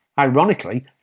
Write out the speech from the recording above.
Ironically